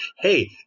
hey